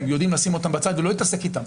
הם יודעים לשים אותם בצד ולא להתעסק איתם